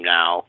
now